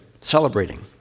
celebrating